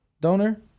donor